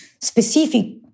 specific